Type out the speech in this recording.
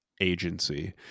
agency